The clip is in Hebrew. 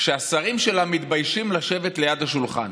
שהשרים שלה מתביישים לשבת ליד השולחן.